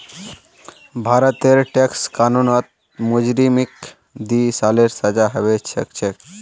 भारतेर टैक्स कानूनत मुजरिमक दी सालेर सजा हबा सखछे